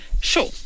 sure